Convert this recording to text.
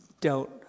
dealt